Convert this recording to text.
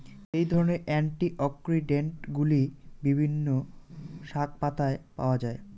এই ধরনের অ্যান্টিঅক্সিড্যান্টগুলি বিভিন্ন শাকপাতায় পাওয়া য়ায়